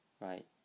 right